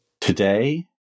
Today